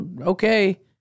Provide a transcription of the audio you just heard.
okay